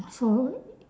so